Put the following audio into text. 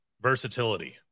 versatility